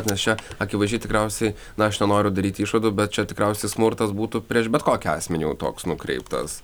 nes čia akivaizdžiai tikriausiai na aš nenoriu daryti išvadų bet čia tikriausiai smurtas būtų prieš bet kokį asmenį jau toks nukreiptas